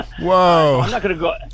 Whoa